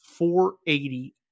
480